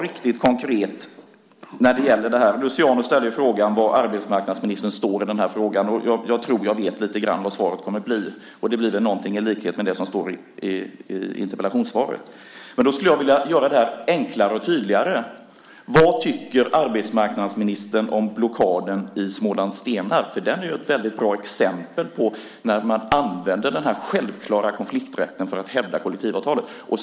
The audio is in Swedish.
Luciano ställde frågan var arbetsmarknadsministern står i den här frågan. Jag tror att jag vet lite grann vad svaret kommer att bli. Det blir väl någonting i likhet med det som står i interpellationssvaret. Men då skulle jag vilja göra det här enklare och tydligare. Vad tycker arbetsmarknadsministern om blockaden i Smålandsstenar? Den är ju ett väldigt bra exempel på när man använder den självklara konflikträtten för att hävda kollektivavtalen.